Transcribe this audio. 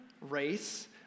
race